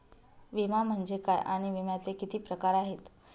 विमा म्हणजे काय आणि विम्याचे किती प्रकार आहेत?